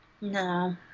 No